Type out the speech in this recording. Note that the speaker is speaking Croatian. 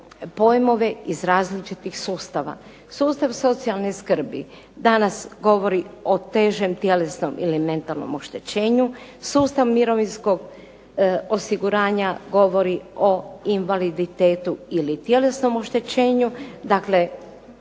pojmove iz različitih sustava. Sustav socijalne skrbi danas govori o težem tjelesnom ili mentalnom oštećenju, sustav mirovinskog osiguranja govori o invaliditetu ili tjelesnom oštećenju. Dakle,